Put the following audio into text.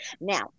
Now